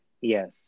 yes